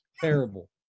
Terrible